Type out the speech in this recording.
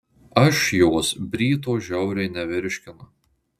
aš jos bryto žiauriai nevirškinu